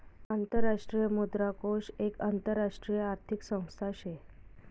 आंतरराष्ट्रीय मुद्रा कोष एक आंतरराष्ट्रीय आर्थिक संस्था शे